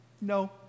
no